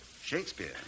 Shakespeare